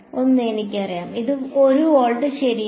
1 എനിക്കറിയാം ഇത് 1 വോൾട്ട് ശരിയാണ്